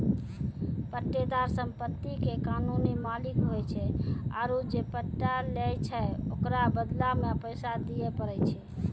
पट्टेदार सम्पति के कानूनी मालिक होय छै आरु जे पट्टा लै छै ओकरो बदला मे पैसा दिये पड़ै छै